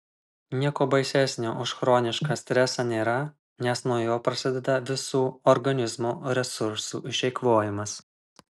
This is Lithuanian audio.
nieko baisesnio už chronišką stresą nėra nes nuo jo prasideda visų organizmo resursų išeikvojimas